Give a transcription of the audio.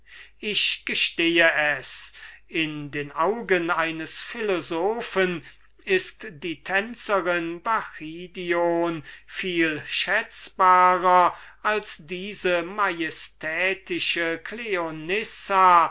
ich gestehe es in den augen eines philosophen ist die tänzerin bacchidion viel schätzbarer als diese majestätische